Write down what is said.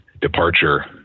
departure